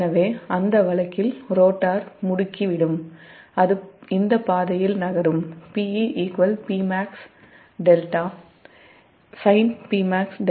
எனவே அந்த வழக்கில் ரோட்டார் முடுக்கி விடும் அது இந்த பாதையில் நகரும் Pe Pmax𝐬𝜹 delta sin Pmax𝐬𝜹